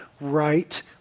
right